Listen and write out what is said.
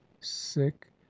sick